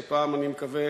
שפעם אני מקווה